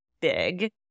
big